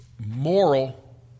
moral